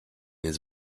his